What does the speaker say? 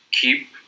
keep